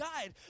died